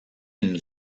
une